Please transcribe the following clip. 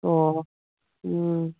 ꯑꯣ ꯎꯝ